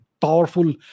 powerful